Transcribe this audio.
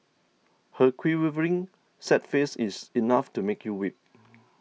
her quivering sad face is enough to make you weep